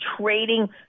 trading